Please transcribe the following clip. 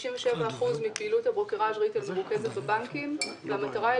97% מפעילות הברוקראז' מרוכזת בבנקים והמטרה היא